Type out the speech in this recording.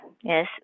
yes